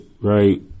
right